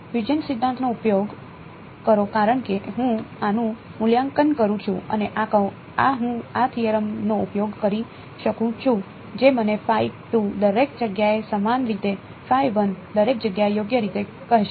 Huygens સિદ્ધાંતનો ઉપયોગ કરો કારણ કે હું આનું મૂલ્યાંકન કરું છું અને આ હું આ થિયરમ નો ઉપયોગ કરી શકું છું જે મને દરેક જગ્યાએ સમાન રીતે દરેક જગ્યાએ યોગ્ય રીતે કહેશે